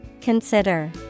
Consider